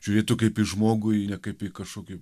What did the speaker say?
žiūrėtų kaip į žmogų į ne kaip į kažkokį